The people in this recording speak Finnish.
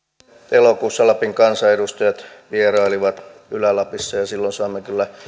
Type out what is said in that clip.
elokuussa lapin kansanedustajat vierailivat ylä lapissa ja silloin saimme kyllä